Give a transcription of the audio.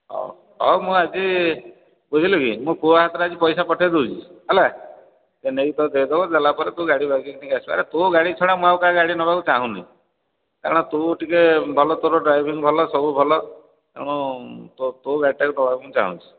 ହଁ ହଉ ମୁଁ ଆଜି ବୁଝିଲୁ କି ମୋ ପୁଅ ହାତରେ ଆଜି ପଇସା ପଠାଇ ଦେଉଛି ହେଲା ସେ ନେଇକି ତୋତେ ଦେଇଦେବ ଦେଲାପରେ ତୁ ଗାଡ଼ି ବାଗେଇକି ନେଇ ଆସିବୁ ଆରେ ତୋ ଗାଡି ଛଡ଼ା ମୁଁ ଆଉ କାହା ଗାଡ଼ି ନେବାକୁ ଚାହୁଁନି କାରଣ ତୁ ଟିକିଏ ଭଲ ତୋର ଡ୍ରାଇଭିଙ୍ଗ୍ ଭଲ ସବୁ ଭଲ ତେଣୁ ତୋ ତୋ ଗାଡ଼ିଟା ନେବାକୁ ଚାହୁଁଛି